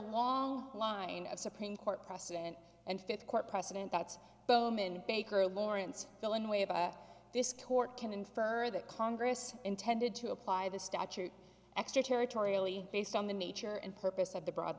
long line of supreme court precedent and fifth court precedent that's bowman baker lawrence dillon way of this court can infer that congress intended to apply the statute extraterritoriality based on the nature and purpose of the broad